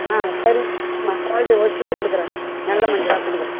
ஆ சரி ஆ குவாலிட்டி ஒஸ்தியிலே கொடுக்குறேன் நல்ல மஞ்சளாக கொடுக்குறேன்